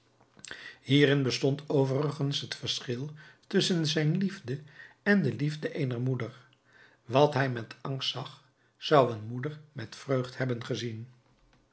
hierin bestond overigens het verschil tusschen zijn liefde en de liefde eener moeder wat hij met angst zag zou een moeder met vreugd hebben gezien